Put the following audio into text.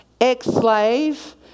Ex-slave